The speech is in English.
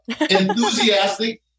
enthusiastic